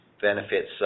benefits